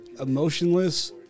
emotionless